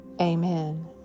Amen